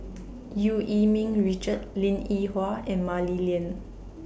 EU Yee Ming Richard Linn in Hua and Mah Li Lian